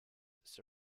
this